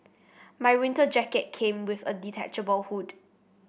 my winter jacket came with a detachable hood